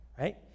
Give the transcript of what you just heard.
Right